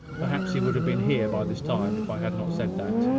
perhaps he would have been here by this time if i had not said that.